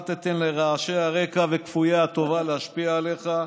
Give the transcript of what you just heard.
אל תיתן לרעשי הרקע ולכפויי הטובה להשפיע עליך.